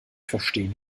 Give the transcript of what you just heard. verstehen